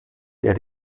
der